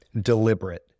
deliberate